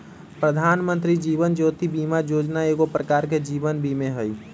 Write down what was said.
प्रधानमंत्री जीवन ज्योति बीमा जोजना एगो प्रकार के जीवन बीमें हइ